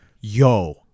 yo